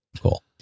Cool